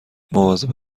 مواظب